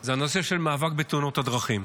זה הנושא של מאבק בתאונות הדרכים.